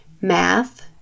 math